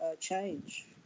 change